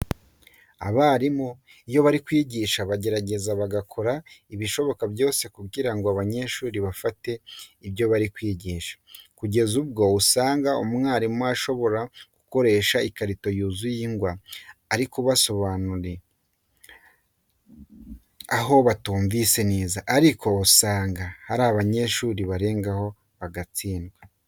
Abarimu iyo bari kwigisha baragerageza bagakora ibishoboka byose kugira ngo abanyeshuri bafate ibyo bari kubigisha, kugeza ubwo usanga umwarimu ashobora gukoresha ikarito yuzuye ingwa ari kubasobanurira aho batumvise neza, ariko usanga hari abanyeshuri barengaho bakanatsindwa.